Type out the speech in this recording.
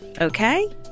okay